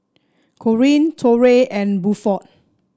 Corrine Torey and Bluford